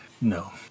No